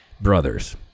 brothers